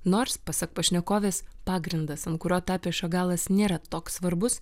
nors pasak pašnekovės pagrindas ant kurio tapė šagalas nėra toks svarbus